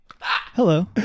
Hello